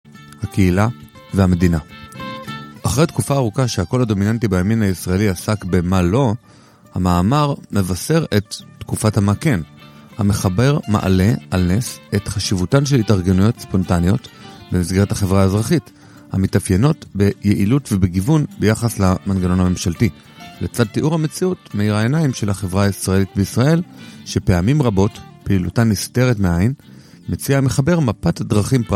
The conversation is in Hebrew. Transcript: הקהילה והמדינה. אחרי תקופה ארוכה שהקול הדומיננטי בימין הישראלי עסק במה לא, המאמר מבשר את תקופת המה כן. המחבר מעלה על נס את חשיבותן של התארגנויות ספונטניות במסגרת החברה האזרחית, המתאפיינות ביעילות ובגיוון ביחס למנגנון הממשלתי. לצד תיאור המציאות, מאיר העיניים של החברה הישראלית בישראל, שפעמים רבות, פעילותה נסתרת מהעין, מציע המחבר מפת דרכים.